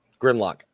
Grimlock